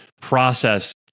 process